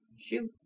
Shoot